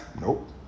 Nope